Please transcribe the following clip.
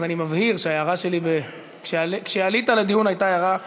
אז אני מבהיר שההערה שלי כשעלית לדיון הייתה הערה בהומור.